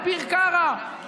אביר קארה,